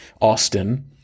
Austin